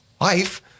life